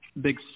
big